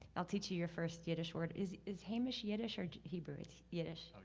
i'll teach you your first yiddish word. is is hamish yiddish or hebrew? it's yiddish?